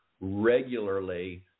regularly